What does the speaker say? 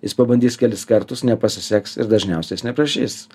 jis pabandys kelis kartus nepasiseks ir dažniausia jis neprašys